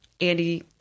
Andy